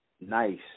nice